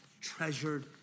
treasured